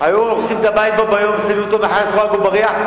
היו הורסים את הבית בו ביום ושמים אותו מאחורי סורג ובריח,